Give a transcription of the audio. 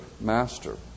Master